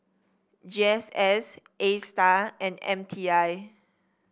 G S S Astar and M T I